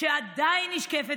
שעדיין נשקפת